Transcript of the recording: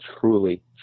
truly